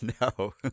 No